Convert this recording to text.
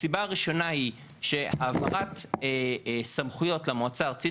הסיבה הראשונה היא שהעברת סמכויות למועצה הארצית